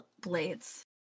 Blades